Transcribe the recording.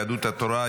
יהדות התורה,